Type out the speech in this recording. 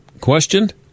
questioned